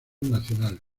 nacional